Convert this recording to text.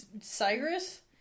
Cyrus